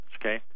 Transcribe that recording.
okay